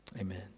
Amen